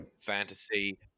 fantasy